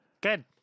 Good